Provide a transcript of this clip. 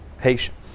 patience